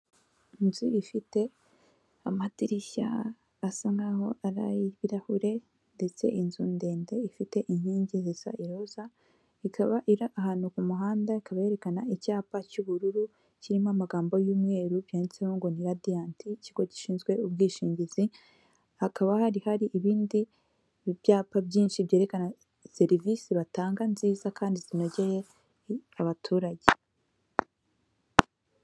Inzu ifite amadirishya asa nkaho ari ay'ibirahure ndetse inzu ndende ifite inkingiza iroza, ikaba iba ahantu ku muhanda, ikaba yerekana icyapa cy'ubururu kirimo amagambo y'umweru byanditseho ngo ni radianti ikigo gishinzwe ubwishingizi hakaba hari hari ibindi byapa byinshi byerekana serivisi batanga nziza kandi zinogeye abaturage.